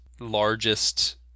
Largest